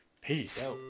peace